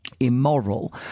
Immoral